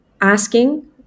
asking